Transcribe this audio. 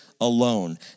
alone